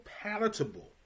palatable